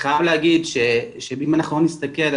חוזרת שוב על הרצון שלנו,